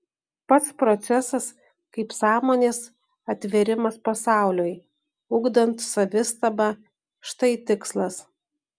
pats procesas kaip sąmonės atvėrimas pasauliui ugdant savistabą štai tikslas